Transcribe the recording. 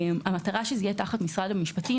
המטרה היא שזה יהיה תחת משרד המשפטים,